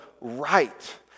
right